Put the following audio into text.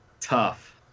Tough